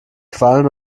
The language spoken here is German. quallen